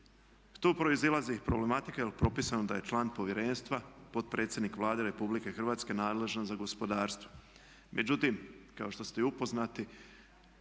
Tu proizilazi problematika jer je propisano da je član povjerenstva potpredsjednik Vlade Republike Hrvatske nadležan za gospodarstvo. Međutim, kao što ste i upoznati